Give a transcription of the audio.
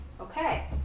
Okay